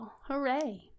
hooray